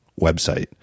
website